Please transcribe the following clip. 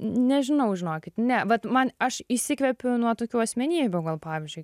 nežinau žinokit ne vat man aš įsikvepiu nuo tokių asmenybių gal pavyzdžiui